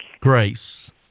Grace